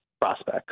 prospects